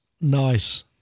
Nice